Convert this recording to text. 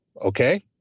Okay